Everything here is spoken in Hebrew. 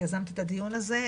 יזמת את הדיון הזה,